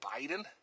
Biden